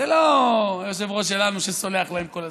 זה לא היושב-ראש שלנו, שסולח להם כל הזמן.